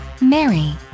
mary